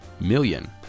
million